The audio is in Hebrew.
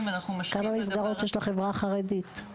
ואנחנו --- כמה מסגרות יש לחברה החרדית?